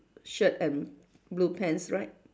shirt and blue pants right